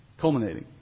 culminating